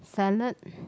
salad